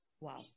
Wow